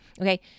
okay